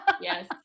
Yes